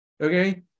okay